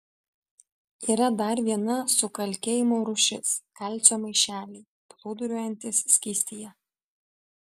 yra dar viena sukalkėjimo rūšis kalcio maišeliai plūduriuojantys skystyje